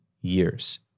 years